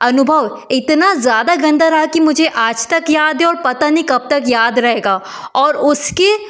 अनुभव इतना ज़्यादा रहा की मुझे आज तक याद है और पता नहीं कब तक याद रहेगा और उसकी